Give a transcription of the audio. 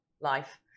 life